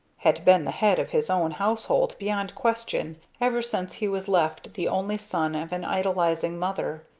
had been the head of his own household beyond question, ever since he was left the only son of an idolizing mother.